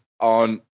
on